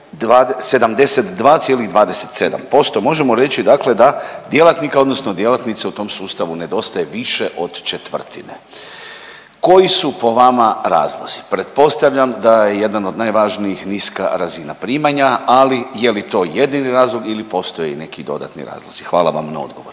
72,27%, možemo reći dakle da djelatnika odnosno djelatnica u tom sustavu nedostaje više od četvrtine. Koji su po vama razlozi? Pretpostavljam da je jedan od najvažnijih niska razina primanja, ali je li to jedini razlog ili postoje i neki dodatni razlozi? Hvala vam na odgovoru.